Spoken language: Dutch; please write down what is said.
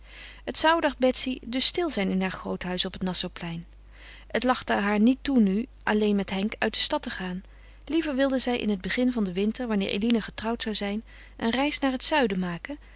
het zou dacht betsy dus stil zijn in haar groot huis op het nassauplein het lachte haar niet toe nu alleen met henk uit de stad te gaan liever wilde zij in het begin van den winter wanneer eline getrouwd zou zijn een reis naar het zuiden